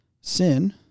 Sin